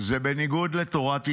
זה בניגוד לתורת ישראל.